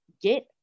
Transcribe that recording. get